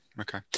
okay